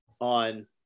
on